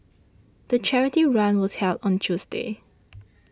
the charity run was held on Tuesday